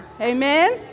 Amen